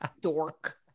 Dork